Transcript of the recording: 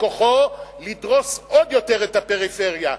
מכוחו לדרוס עוד יותר את הפריפריה,